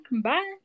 Bye